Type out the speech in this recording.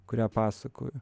kurią pasakoju